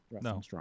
No